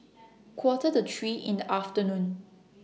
Quarter to three in The afternoon